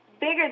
bigger